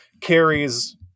carries